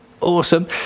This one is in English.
awesome